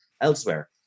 elsewhere